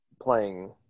playing